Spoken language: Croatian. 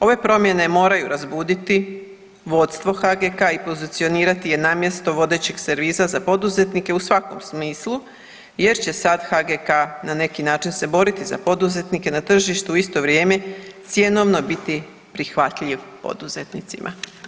Ove promjene moraju razbuditi vodstvo HGK i pozicionirati je na mjesto vodećeg servisa za poduzetnike u svakom smislu jer će sad HGK na neki način se boriti za poduzetnike na tržištu u isto vrijeme cjenovno biti prihvatljiv poduzetnicima.